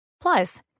Plus